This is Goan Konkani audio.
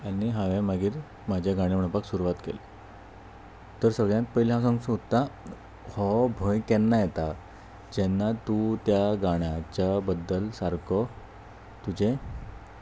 आनी हांवें मागीर म्हाजे गाणें म्हणपाक सुरवात केली तर सगळ्यांत पयलीं हांव सांग सोदतां हो भंय केन्ना येता जेन्ना तूं त्या गाणच्या बद्दल सारको तुजें